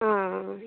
ആ ആ